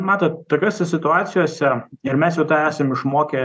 matot tokiose situacijose ir mes jau tą esam išmokę